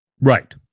Right